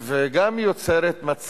גם כשהובאה הסתייגות